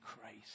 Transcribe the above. Christ